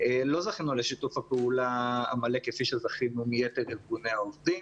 לא זכינו לשיתוף הפעולה המלא כפי שזכינו מיתר ארגוני העובדים.